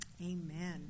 Amen